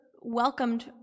welcomed